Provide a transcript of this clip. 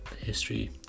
history